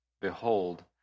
Behold